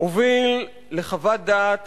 הוביל לחוות דעת